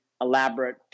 elaborate